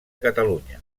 catalunya